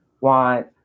want